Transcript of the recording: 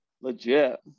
legit